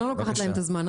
אני לא לוקחת להם את הזמן.